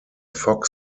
fog